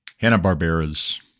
Hanna-Barbera's